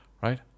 Right